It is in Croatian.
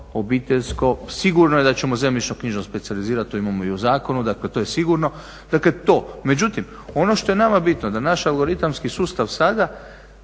Sigurno je da ćemo zemljišno-knjižno specijalizirati, to imamo i u zakonu, dakle to je sigurno. Dakle to. Međutim, ono što je nama bitno da naš algoritamski sustav sada,